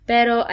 Pero